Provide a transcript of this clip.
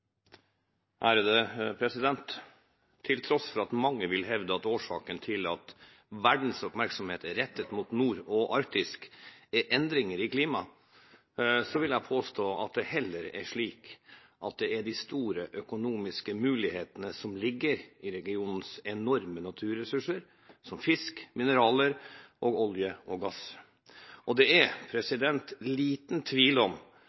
Til tross for at mange vil hevde at årsaken til at verdens oppmerksomhet er rettet mot nord og Arktis er endringer i klimaet, vil jeg påstå at det heller er de store økonomiske mulighetene som ligger i regionens enorme naturressurser – fisk, mineraler, olje og gass – som er årsaken. Det er liten tvil om